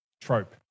trope